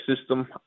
system